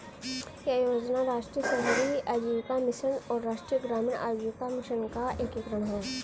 यह योजना राष्ट्रीय शहरी आजीविका मिशन और राष्ट्रीय ग्रामीण आजीविका मिशन का एकीकरण है